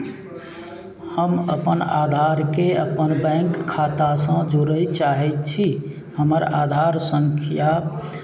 हम अपन आधारकेँ अपन बैंक खातासँ जोड़य चाहै छी हमर आधार सङ्ख्या